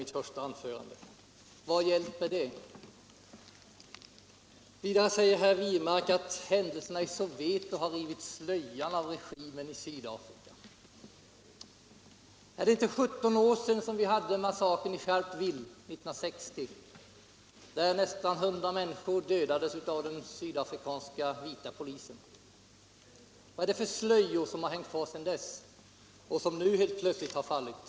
Men, som sagt, vad hjälper det? Vidare sade herr Wirmark att händelserna i Soweto har rivit slöjan av regimen i Sydafrika. Är det inte 17 år sedan massakern i Sharpeville, där nästan 100 människor dödades av den sydafrikanska vita polisen? Vad är det för slöjor som har hängt kvar sedan dess och som nu helt plötsligt har fallit?